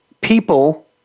people